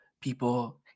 people